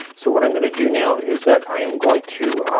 so what i'm gonna do now is that i am going to